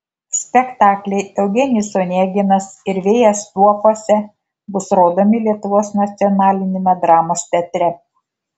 spektakliai eugenijus oneginas ir vėjas tuopose bus rodomi lietuvos nacionaliniame dramos teatre